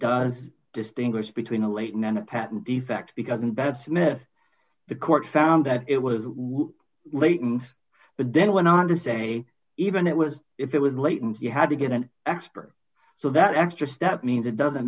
does distinguish between a latent and a patent defect because in bad smith the court found that it was latent but then went on to say even it was if it was late and you had to get an expert so that extra step means it doesn't